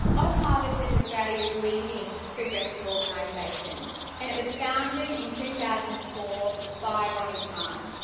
ozharvest is australia's leading food rescue organisation and it was founded in two thousand and four by ronni khan.